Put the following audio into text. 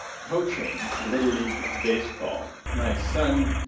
coaching little league baseball. my son,